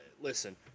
listen